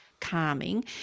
calming